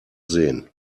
sehen